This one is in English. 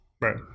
Right